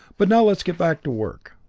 but now let's get back to work.